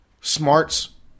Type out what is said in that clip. Smarts